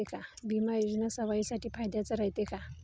बिमा योजना सर्वाईसाठी फायद्याचं रायते का?